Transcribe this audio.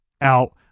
out